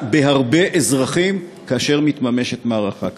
בהרבה אזרחים כאשר מתממשת מערכה כזאת.